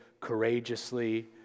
courageously